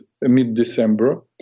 mid-December